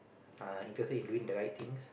uh interested in doing the right things